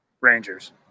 Rangers